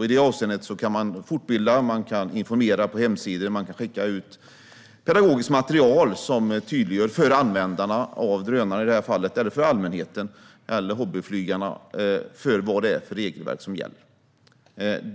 I det avseendet kan man fortbilda, informera på hemsidan och skicka ut pedagogiskt material som tydliggör för i detta fall användare av drönare, allmänhet och hobbyflygare vad det är för regelverk som gäller.